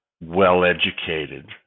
well-educated